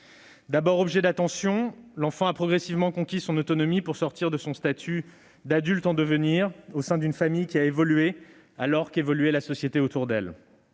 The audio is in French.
D'abord objet d'attention, l'enfant a progressivement conquis son autonomie pour sortir de son statut d'adulte en devenir au sein d'une famille, laquelle a évolué en même temps que la société autour d'elle.